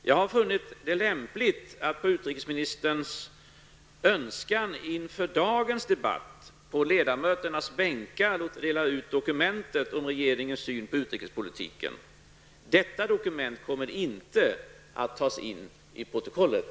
Jag har funnit det lämpligt att inför dagens debatt, på utrikesministerns önskan, på ledamöternas bänkar dela ut dokumentet om regeringens syn på utrikespolitiken. Detta dokument kommer inte att tas in i protokollet.